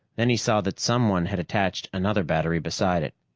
then he saw that someone had attached another battery beside it.